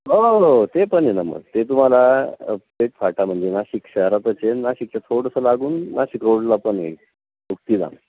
हो हो हो ते पण आहे ना मग ते तुम्हाला ते फाटा म्हणजे नाशिक शहरातच आहे नाशिकच्या थोडंसं लागून नाशिक रोडला पण आहे मुक्तिधाम